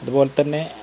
അതുപോലെ തന്നെ